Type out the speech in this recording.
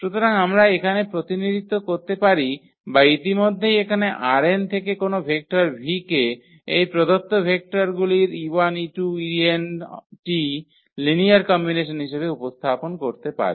সুতরাং আমরা এখানে প্রতিনিধিত্ব করতে পারি বা ইতিমধ্যেই এখানে ℝ𝑛 থেকে কোনও ভেক্টর v কে এই প্রদত্ত ভেক্টরগুলির 𝑒1 𝑒2 𝑒𝑛T লিনিয়ার কম্বিনেশন হিসাবে উপস্থাপন করতে পারি